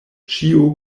ĉio